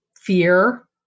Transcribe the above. fear